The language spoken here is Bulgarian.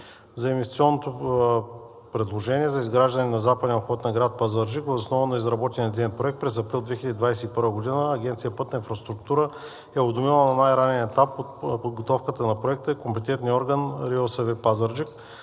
За инвестиционното предложение за изграждане на западния обход на град Пазарджик въз основа на изработен идеен проект през април 2021 г. Агенция „Пътна инфраструктура“ е уведомила на най-ранен етап от подготовката на проекта компетентния орган РИОСВ – Пазарджик,